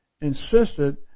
insisted